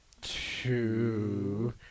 Two